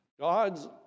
God's